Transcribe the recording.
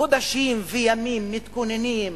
חודשים וימים מתכוננים,